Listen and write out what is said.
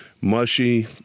mushy